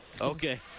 Okay